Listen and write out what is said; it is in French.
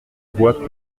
vois